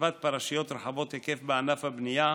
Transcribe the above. בחשיפת פרשיות רחבות היקף בענף הבנייה,